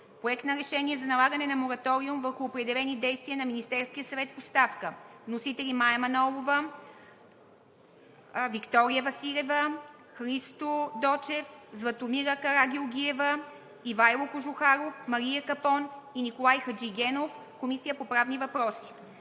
Проект на решение за налагане на мораториум върху определени действия на Министерския съвет в оставка. Вносител – Мая Манолова, Виктория Василева, Христо Дочев, Златомира Карагеоргиева, Ивайло Кожухаров, Мария Капон и Николай Хаджигенов. Водеща е Комисията по правни въпроси.